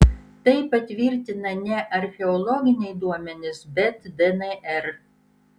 tai patvirtina ne archeologiniai duomenys bet dnr